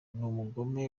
n’ubugome